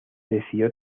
decidió